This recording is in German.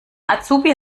azubi